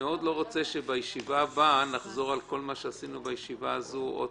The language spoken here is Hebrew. רוצה שבישיבה הבאה נחזור עוד פעם על כל מה שעשינו בישיבה הזאת,